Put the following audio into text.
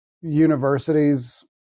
universities